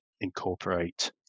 incorporate